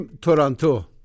Toronto